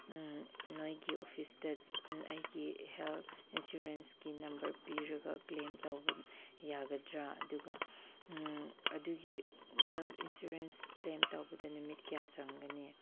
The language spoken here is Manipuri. ꯅꯣꯏꯒꯤ ꯑꯣꯐꯤꯁꯇ ꯑꯩꯒꯤ ꯍꯦꯜꯠ ꯏꯟꯁꯨꯔꯦꯟꯁꯀꯤ ꯅꯝꯕꯔ ꯄꯤꯔꯒ ꯀ꯭ꯂꯦꯝ ꯇꯧꯕ ꯌꯥꯒꯗ꯭ꯔꯥ ꯑꯗꯨꯒ ꯑꯗꯨꯒꯤ ꯍꯦꯜꯠ ꯏꯟꯁꯨꯔꯦꯟꯁ ꯀ꯭ꯂꯦꯝ ꯇꯧꯕꯗ ꯅꯨꯃꯤꯠ ꯀꯌꯥ ꯆꯪꯒꯅꯤ